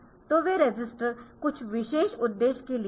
तो वे रजिस्टर कुछ विशेष उद्देश्य के लिए है